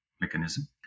mechanism